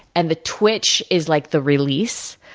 and, the twitch is like the release.